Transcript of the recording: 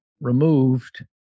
removed